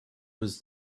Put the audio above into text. was